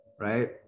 Right